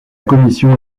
commission